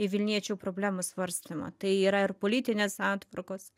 į vilniečių problemų svarstymą tai yra ir politinės santvarkos